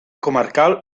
comarcal